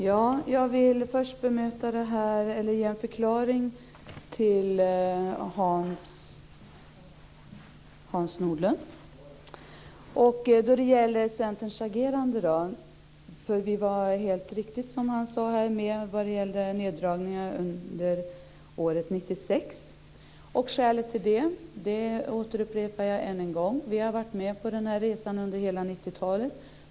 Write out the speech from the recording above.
Herr talman! Jag vill ge en förklaring till Harald Nordlund vad gäller Centerns agerande. Det han sade om neddragningar under året 1996 var helt riktigt. Skälet till det upprepar jag ännu en gång. Vi har varit med på resan under hela 90-talet.